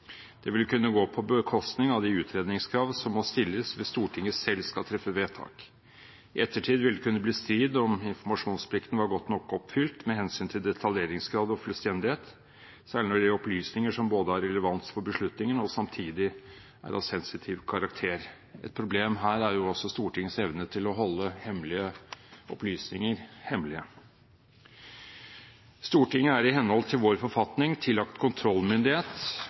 Det ville kunne gå på bekostning av de utredningskrav som må stilles hvis Stortinget selv skal treffe vedtak. I ettertid vil det kunne bli strid om informasjonsplikten var godt nok oppfylt med hensyn til detaljeringsgrad og fullstendighet, særlig når det gjelder opplysninger som både har relevans for beslutningen og samtidig er av sensitiv karakter. Et problem her er jo også Stortingets evne til å holde hemmelige opplysninger hemmelige. Stortinget er i henhold til vår forfatning tillagt kontrollmyndighet